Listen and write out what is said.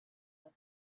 let